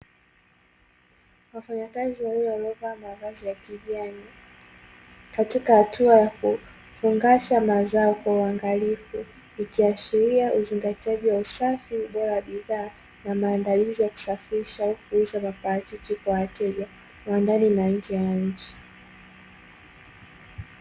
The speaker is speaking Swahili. Wafanyakazi wawili walio vaa mavazi ya kijani, katika hatua ya kufungasha mazao kwa uangalifu ikiashiria uzingatiaji wa usafi ubora wa bidhaa, na maandalizi ya kusafirisha au kuuza maparachichi kwa wateja wa ndani na nje ya nchi.